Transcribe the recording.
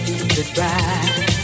Goodbye